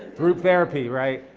group therapy, right?